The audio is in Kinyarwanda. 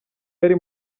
yari